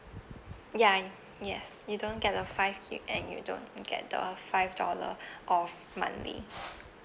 ya yes you don't get a five gig and you don't get the five dollar off monthly